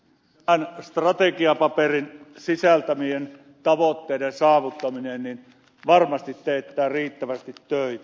tämän strategiapaperin sisältämien tavoitteiden saavuttaminen varmasti teettää riittävästi töitä